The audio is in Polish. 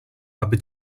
aby